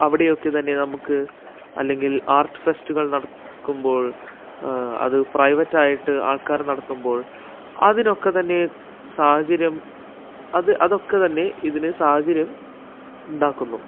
അവിടെയൊക്കെത്തന്നെ നമുക്ക് അല്ലെങ്കിൽ ആർട്ട് ഫെസ്റ്റുകൾ നടക്കുമ്പോൾ അത് പ്രൈവറ്റായിട്ട് ആൾക്കാർ നടത്തുമ്പോൾ അതിനൊക്കെത്തന്നെ സാഹചര്യം അത് അതൊക്കെത്തന്നെ ഇതിന് സാഹചര്യം ഉണ്ടാക്കുന്നു